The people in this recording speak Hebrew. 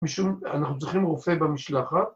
‫משום... אנחנו צריכים רופא במשלחת.